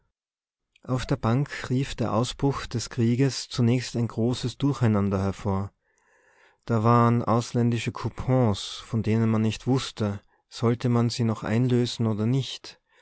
auf der bank rief der ausbruch des krieges zunächst ein großes durcheinander hervor da waren ausländische coupons von denen man nicht wußte sollte man sie noch einlösen oder nicht